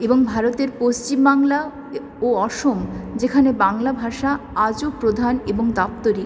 এবং ভারতের পশ্চিমবাংলা ও অসম যেখানে বাংলাভাষা আজও প্রধান এবং দাপ্তরিক